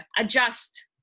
Adjust